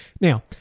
Now